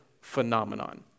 phenomenon